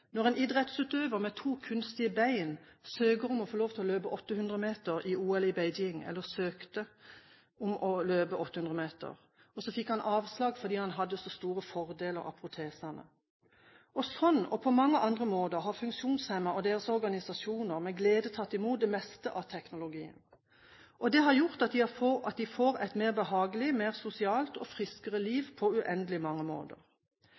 en idrettsutøver med to kunstige bein søkte om å få løpe 800 meter i OL i Beijing og fikk avslag fordi han hadde så store fordeler av protesene. Og sånn – og også på mange andre måter – har funksjonshemmede og deres organisasjoner med glede tatt imot det meste av teknologi. Det har gjort at de får et mer behagelig, mer sosialt og friskere liv på uendelig mange måter.